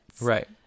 Right